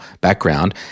background